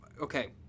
Okay